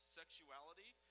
sexuality